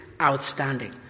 outstanding